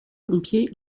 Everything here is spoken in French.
pompiers